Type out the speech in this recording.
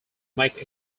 make